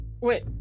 wait